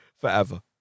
Forever